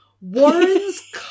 Warren's